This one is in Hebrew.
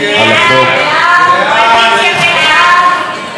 חוק הקולנוע (תיקון מס' 5), התשע"ח 2018,